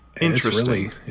interesting